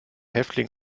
häftling